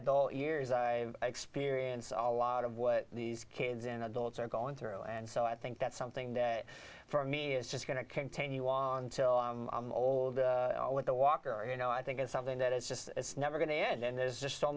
adult years i experience all lot of what these kids and adults are going through and so i think that's something that for me is just going to continue on until old with the walker or you know i think it's something that is just it's never going to end and there's just so